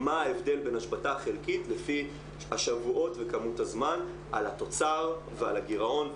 מה ההבדל בין השבתה חלקית לפי השבועות וכמות הזמן על התוצר ועל הגרעון,